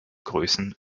größen